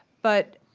but,